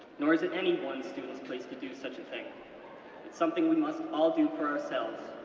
nor is it any one student's place to do such a thing, it's something we must all do for ourselves.